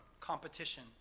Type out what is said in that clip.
competition